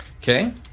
Okay